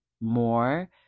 more